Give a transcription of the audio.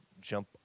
jump